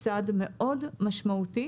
צעד מאוד משמעותי